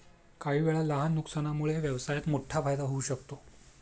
काहीवेळा लहान नुकसानामुळे व्यवसायात मोठा फायदा होऊ शकतो